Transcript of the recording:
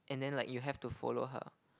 and then like you have to follow her